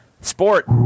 Sport